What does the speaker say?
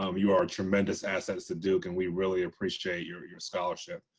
um you are tremendous assets to duke, and we really appreciate your your scholarship.